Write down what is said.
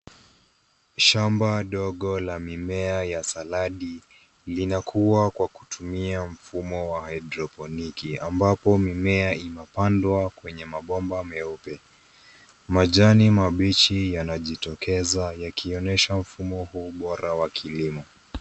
Shamba ndogo ya mimea ya saladi linakua kwa kutumia mfumo wa haidroponiki ambapo mimea inapandwa kwenye mabomba meupe, majani mabichi yanjitokeza yakionyesha mfumo huu bora wa kilimo.